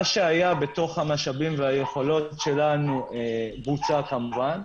מה שהיה בתוך המשאבים והיכולות שלנו בוצע כמובן.